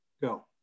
go